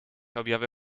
objawy